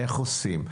איך עושים.